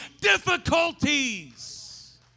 difficulties